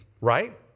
Right